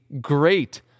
great